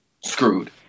screwed